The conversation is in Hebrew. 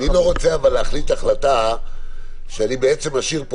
אני לא רוצה להחליט החלטה שאני משאיר פה